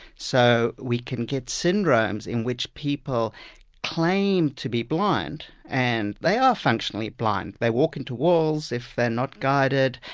so we can get syndromes in which people claim to be blind, and they are functionally blind, they walk into walls if they're not guided,